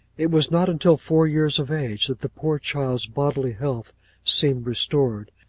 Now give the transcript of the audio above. it was not until four years of age that the poor child's bodily health seemed restored,